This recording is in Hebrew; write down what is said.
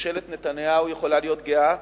ממשלת נתניהו יכולה להיות גאה,